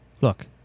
Look